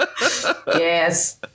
Yes